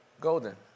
golden